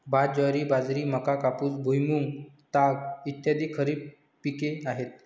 भात, ज्वारी, बाजरी, मका, कापूस, भुईमूग, ताग इ खरीप पिके आहेत